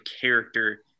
character